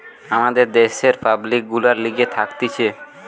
আমাদের দ্যাশের পাবলিক গুলার লিগে থাকতিছে